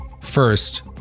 First